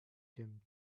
them